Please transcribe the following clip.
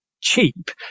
cheap